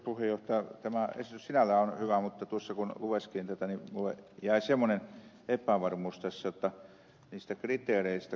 tämä esitys sinällään on hyvä mutta kun lueskelin tätä niin minulle jäi semmoinen epävarmuus tässä niistä kriteereistä